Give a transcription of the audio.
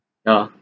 ya